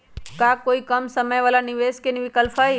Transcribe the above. का कोई कम समय वाला निवेस के विकल्प हई?